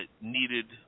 Needed